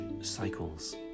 cycles